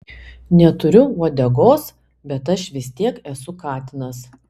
neturiu uodegos bet aš vis tiek esu katinas